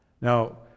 Now